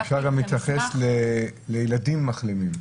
אם אפשר גם להתייחס לילדים מחלימים.